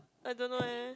I don't know eh